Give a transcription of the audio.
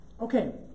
Okay